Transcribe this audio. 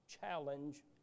challenge